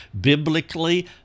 biblically